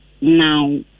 now